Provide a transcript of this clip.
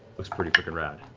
looks pretty fricking rad.